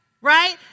Right